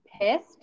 pissed